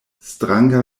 stranga